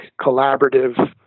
collaborative